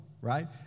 right